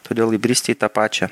todėl įbristi į tą pačią